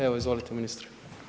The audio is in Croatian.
Evo, izvolite ministre.